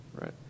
right